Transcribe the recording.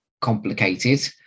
complicated